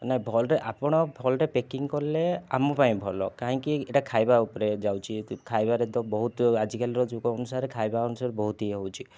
ନାଇଁ ଭଲରେ ଆପଣ ଭଲରେ ପ୍ୟାକିଂ କଲେ ଆମ ପାଇଁ ଭଲ କାହିଁକି ଏଇଟା ଖାଇବା ଉପରେ ଯାଉଛି ଖାଇବାରେ ତ ବହୁତ ଆଜିକାଲିର ଯୁଗ ଅନୁସାରେ ଖାଇବା ଅନୁସାରେ ବହୁତ ଇଏ ହେଉଛି